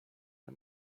nie